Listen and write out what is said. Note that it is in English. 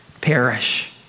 perish